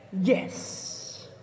Yes